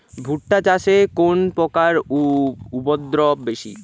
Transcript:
ভুট্টা চাষে কোন পোকার উপদ্রব বেশি?